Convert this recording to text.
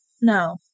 no